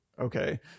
Okay